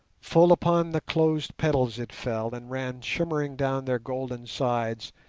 full upon the closed petals it fell and ran shimmering down their golden sides,